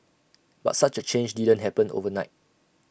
but such A change didn't happen overnight